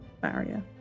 barrier